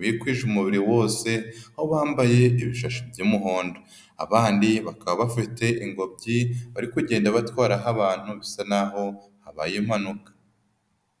bikwije umubiri wose, aho bambaye ibishashi by'umuhondo, abandi bakaba bafite ingobyi, bari kugenda batwararaho abantu bisa n'aho habaye impanuka.